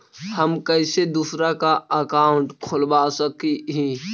हम कैसे दूसरा का अकाउंट खोलबा सकी ही?